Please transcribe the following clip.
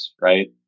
right